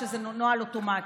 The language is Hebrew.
כשזה נוהל אוטומטי.